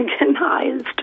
organized